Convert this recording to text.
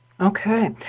Okay